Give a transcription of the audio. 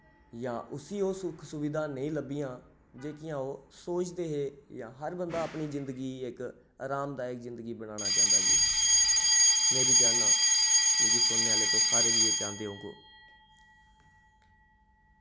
जां उसी ओह् सुख सुविधा नेईं लब्भियां जेह्कियां ओह् सोचदे हे जां हर बंदा अपनी जिंगदी इक अराम दायक जिंदगी बनाना चांह्दा जी में बी चाह्ना मिकी सुनने आह्ले तुस सारे बी एह् चांह्दे ओ